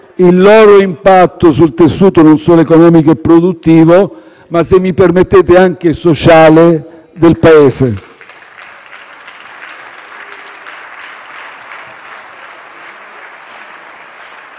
il loro impatto sul tessuto non solo economico e produttivo, ma, se mi permettete, anche sociale del Paese.